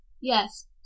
Yes